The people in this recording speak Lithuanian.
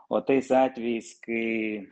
o tais atvejais kai